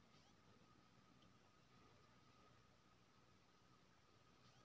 आय काल्हि गाम घरमे सेहो इलेक्ट्रॉनिक ट्रांसफर होए लागलै